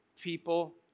people